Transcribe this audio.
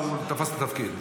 הוא תפס את התפקיד.